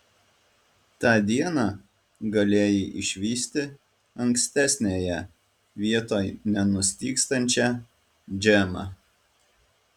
tą dieną galėjai išvysti ankstesniąją vietoj nenustygstančią džemą